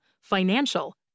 financial